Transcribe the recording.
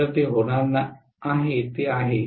तर जे होणार आहे ते आहे